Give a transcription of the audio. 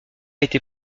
été